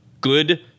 good